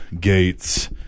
gates